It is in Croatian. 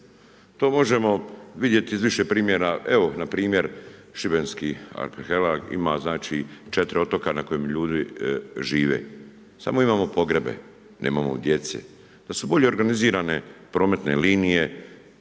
To može vidjeti iz više primjera, evo npr. šibenski arhipelag ima 4 otoka na kojem ljudi žive. Samo imamo pogrebe, nemamo djece. Da su bolje organizirane prometne linije,